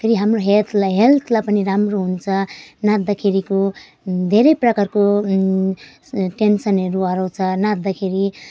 फेरि हाम्रो हेल्थलाई हेल्थलाई पनि राम्रो हुन्छ नाच्दाखेरिको धेरै प्रकारको टेन्सनहरू हराउँछ नाच्दाखेरि